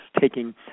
taking